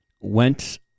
went